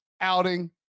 outing